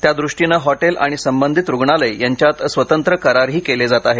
त्यादृष्टीनं हॉटेल आणि संबंधित रुग्णालय यांच्यात स्वतंत्र करारही केले जात आहेत